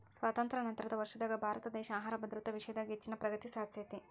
ಸ್ವಾತಂತ್ರ್ಯ ನಂತರದ ವರ್ಷದಾಗ ಭಾರತದೇಶ ಆಹಾರ ಭದ್ರತಾ ವಿಷಯದಾಗ ಹೆಚ್ಚಿನ ಪ್ರಗತಿ ಸಾಧಿಸೇತಿ